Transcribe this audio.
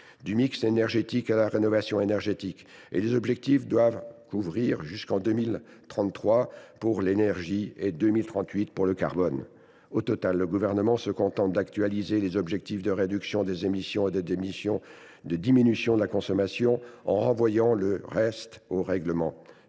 du mix énergétique à la rénovation énergétique. Les objectifs doivent courir jusqu’en 2033 pour l’énergie et 2038 pour le carbone. En somme, le Gouvernement se contente d’actualiser les objectifs de réduction des émissions de gaz à effet de serre et de diminution de la consommation, renvoyant pour le reste au règlement.